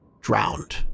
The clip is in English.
drowned